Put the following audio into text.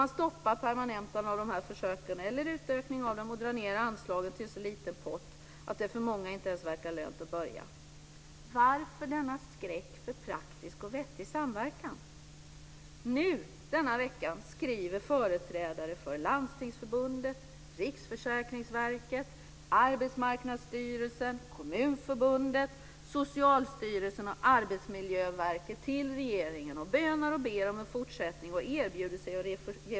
Man stoppar nämligen permanentandet eller utökningen av dessa försök och drar ned anslaget till en så liten pott att det för många inte ens verkar lönt att börja. Varför denna skräck för praktisk och vettig samverkan? Nu, i denna vecka, skriver företrädare för Landstingsförbundet, Riksförsäkringsverket, Arbetsmarknadsstyrelsen, Kommunförbundet, Socialstyrelsen och Arbetsmiljöverket till regeringen och bönar och ber om en fortsättning.